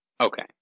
Okay